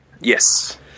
Yes